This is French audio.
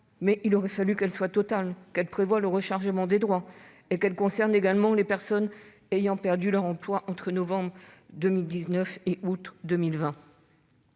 mais il aurait fallu qu'elle soit totale, qu'elle prévoie le rechargement des droits et qu'elle concerne également les personnes ayant perdu leur emploi entre novembre 2019 et août 2020.